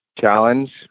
challenge